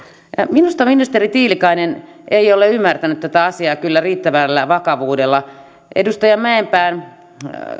minusta ministeri tiilikainen ei ole kyllä ymmärtänyt tätä asiaa riittävällä vakavuudella edustaja mäkipään